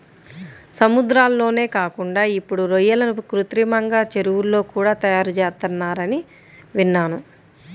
సముద్రాల్లోనే కాకుండా ఇప్పుడు రొయ్యలను కృత్రిమంగా చెరువుల్లో కూడా తయారుచేత్తన్నారని విన్నాను